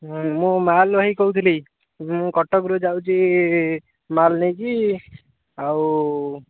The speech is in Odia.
ମୁଁ ମାଲ୍ ଭାଇ କହୁଥିଲି ମୁଁ କଟକରୁ ଯାଉଛି ମାଲ୍ ନେଇକି ଆଉ